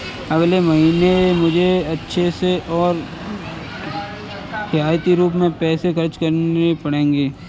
अगले महीने मुझे अच्छे से और किफायती रूप में पैसे खर्च करने पड़ेंगे